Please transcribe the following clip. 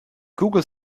google